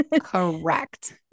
correct